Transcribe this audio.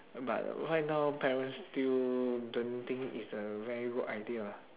but right now parents still don't think it's a very good idea lah